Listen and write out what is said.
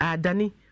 Danny